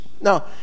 No